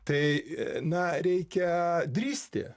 tai na reikia drįsti